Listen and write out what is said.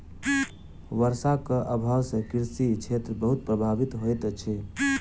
वर्षाक अभाव सॅ कृषि क्षेत्र बहुत प्रभावित होइत अछि